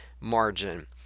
margin